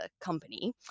company